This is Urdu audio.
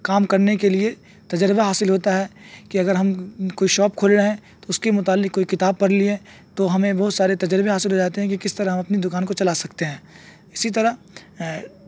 کام کرنے کے لیے تجربہ حاصل ہوتا ہے کہ اگر ہم کوئی شاپ کھول رہے ہیں تو اس کے متعلق کوئی کتاب پڑھ لیے تو ہمیں بہت سارے تجربے حاصل ہو جاتے ہیں کہ کس طرح ہم اپنی دکان کو چلا سکتے ہیں اسی طرح